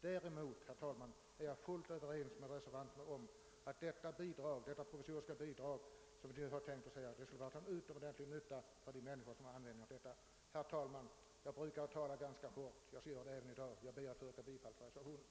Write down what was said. Däremot är jag, herr talman, fullt överens med reservanterna om att detta provisoriska bidrag skulle vara till en utomordentlig nytta för de människor som har användning därför. Herr talman! Jag brukar tala ganska kort och skall göra det även i dag. Jag ber att få yrka bifall till reservationen.